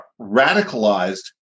radicalized